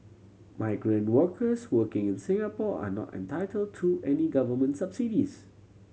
migrant workers working in Singapore are not entitled to any Government subsidies